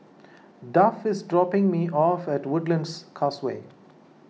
Duff is dropping me off at Woodlands Causeway